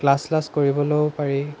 class class কৰিবলৈয়ো পাৰি